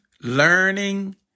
learning